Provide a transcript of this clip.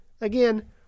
Again